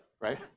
right